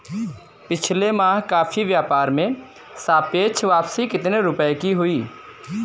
पिछले माह कॉफी व्यापार में सापेक्ष वापसी कितने रुपए की हुई?